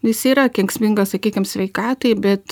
jis yra kenksminga sakykim sveikatai bet